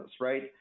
right